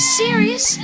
serious